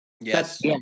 Yes